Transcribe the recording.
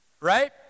Right